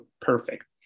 perfect